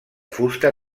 fusta